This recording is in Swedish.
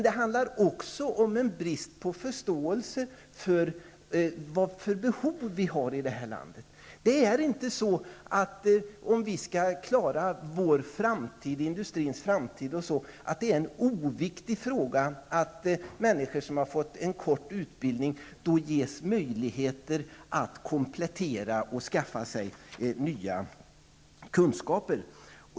Det handlar också om en brist på förståelse för vilka behov vi har i det här landet. Om vi skall klara industrins framtid är det inte en oviktig fråga att de som har fått en kort utbildning ges möjligheter att komplettera och skaffa sig nya kunskaper.